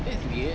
that's weird